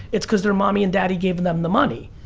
it's because their mommy and daddy gave them the money.